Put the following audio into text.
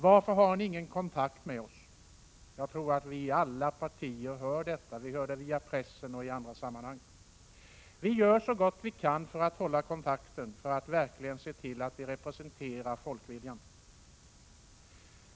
Varför har ni ingen kontakt med oss? Jag tror att vi i alla partier hör detta via pressen och i andra sammanhang. Vi gör så gott vi kan för att hålla kontakten och se till att vi verkligen representerar folkviljan.